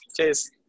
Cheers